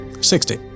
Sixty